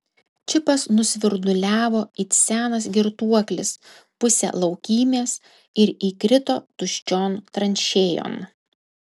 čipas nusvirduliavo it senas girtuoklis pusę laukymės ir įkrito tuščion tranšėjon